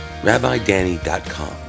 rabbidanny.com